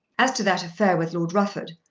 as to that affair with lord rufford,